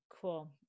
Cool